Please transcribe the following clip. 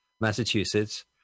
Massachusetts